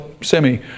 semi